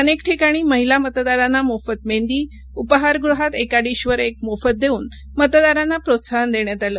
अनेक ठिकाणी महिला मतदारांना मोफत मेंदी उपाहासृहात एका डीशवर एक मोफत देऊन मतदारांना प्रोत्साहन देण्यात आलं